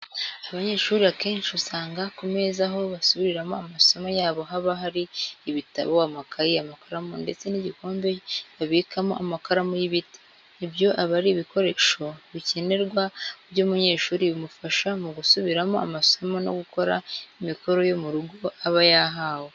Abanyeshuri akenshi usanga ku meza aho basubiriramo amasomo yabo haba hari ibitabo, amakayi, amakaramu ndetse n'igikombe babikamo amakaramu y'ibiti, ibyo abari ibikoresho ncyenerwa by'umunyeshuri bimufasha mu gusubiramo amasomo no gukora imikoro yo mu rugo aba yahawe.